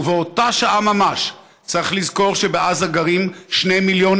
ובאותה שעה ממש צריך לזכור שבעזה גרים 2 מיליון